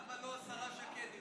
למה לא השרה שקד?